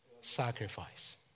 Sacrifice